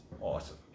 awesome